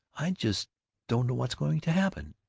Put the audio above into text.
i just don't know what's going to happen.